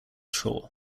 shore